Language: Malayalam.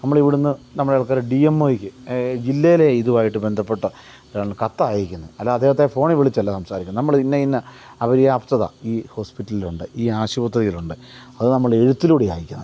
നമ്മൾ അവിടുന്ന് നമ്മുടെ ആൾക്കാർക്ക് ഡി എം ഓ യ്ക്ക് ജില്ലയിലെ ഇതുവായിട്ട് ബന്ധപ്പെട്ട കത്താണ് അയക്കുന്നത് അല്ലാ അദ്ദേഹത്തെ ഫോണിൽ വിളിച്ചല്ല സംസാരിക്കുന്നത് നമ്മള് ഇന്നയിന്ന അപര്യാപ്തത ഈ ഹോസ്പിറ്റലിൽ ഉണ്ട് ഈ ആശുപത്രിയിൽ ഉണ്ട് അത് നമ്മൾ എഴുത്തിലൂടെയാണ് അയക്കുന്നത്